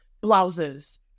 blouses